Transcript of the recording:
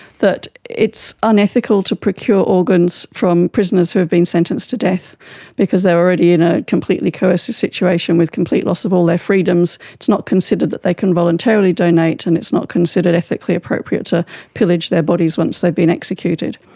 that it's unethical to procure organs from prisoners who have been sentenced to death because they are already in a completely coercive situation with complete loss of all their freedoms. it is not considered that they can voluntarily donate, and it's not considered ethically appropriate to pillage their bodies once they've been executed.